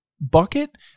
bucket